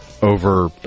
over